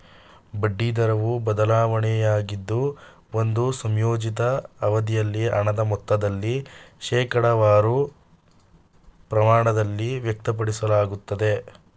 ಬಡ್ಡಿ ದರವು ಬದಲಾವಣೆಯಾಗಿದ್ದು ಒಂದು ಸಂಯೋಜಿತ ಅವಧಿಯಲ್ಲಿ ಹಣದ ಮೊತ್ತದಲ್ಲಿ ಶೇಕಡವಾರು ಪ್ರಮಾಣದಲ್ಲಿ ವ್ಯಕ್ತಪಡಿಸಲಾಗುತ್ತೆ